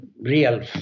real